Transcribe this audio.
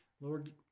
Lord